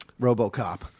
RoboCop